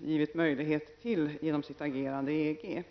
givit möjlighet till genom sitt agerande i EG.